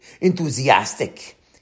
enthusiastic